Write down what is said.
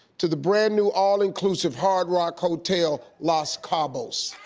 to the brand new all inclusive hard rock hotel los cabos.